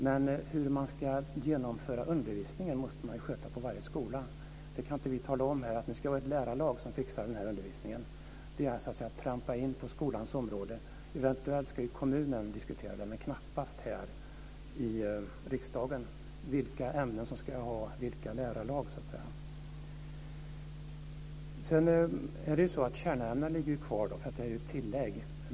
Men hur man ska genomföra undervisningen måste man ju sköta på varje skola. Vi här i riksdagen kan inte tala om att det nu ska vara ett lärarlag som ska fixa den här undervisningen. Det är så att säga att trampa in på skolans område. Eventuellt kan man i kommunen, men knappast här i riksdagen, diskutera vilka ämnen som ska ha vilka lärarlag. Kärnämnena ligger ju kvar, eftersom detta är ett tillägg.